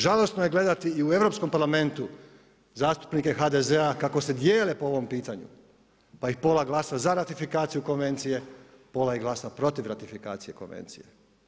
Žalosno je gledati i u Europskom parlamentu zastupnika HDZ-a kako se dijele po ovom pitanju, pa ih pola glasa za ratifikaciju konvencije, pola ih glasa protiv ratifikacije konvencije.